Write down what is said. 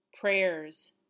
prayers